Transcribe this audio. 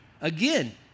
Again